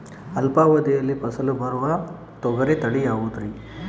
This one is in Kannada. ಅಲ್ಪಾವಧಿಯಲ್ಲಿ ಫಸಲು ಬರುವ ತೊಗರಿ ತಳಿ ಯಾವುದುರಿ?